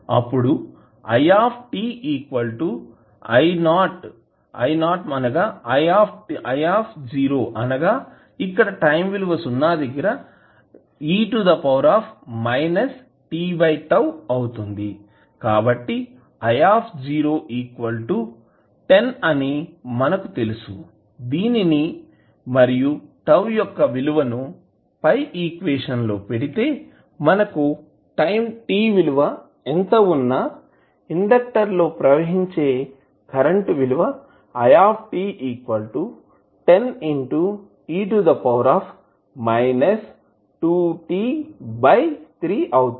కాబట్టి i 10 అని మనకు తెలుసు దీనిని మరియు τ యొక్క విలువ ను పై ఈక్వేషన్ లో పెడితే మనకు టైం t విలువ ఎంత ఉన్నా ఇండెక్టర్ లో ప్రవహించే కరెంటు విలువ అవుతుంది